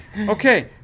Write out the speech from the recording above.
Okay